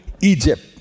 Egypt